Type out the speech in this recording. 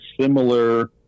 similar